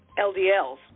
LDLs